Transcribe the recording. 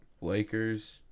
Lakers